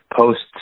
posts